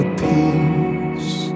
peace